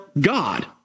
God